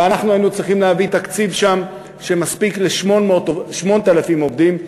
ואנחנו היינו צריכים להביא שם תקציב שמספיק ל-8,000 עובדים,